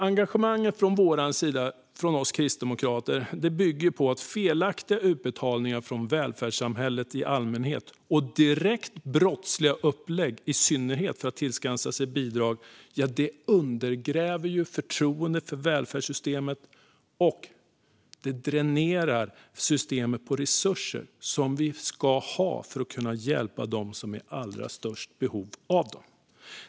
Engagemanget från oss kristdemokrater bygger på att det sker felaktiga utbetalningar från välfärdssamhället i allmänhet och direkt brottsliga upplägg i synnerhet för att tillskansa sig bidrag. Det undergräver förtroendet för välfärdssystemet och dränerar systemet på resurser som vi ska ha för att kunna hjälpa dem som är i allra störst behov av dem.